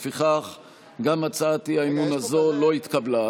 לפיכך, גם הצעת האי-אמון הזו לא התקבלה.